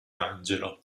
angelo